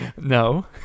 No